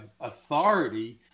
authority